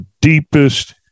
deepest